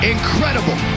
Incredible